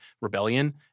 rebellion